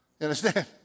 understand